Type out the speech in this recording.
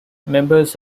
members